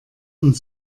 und